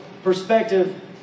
perspective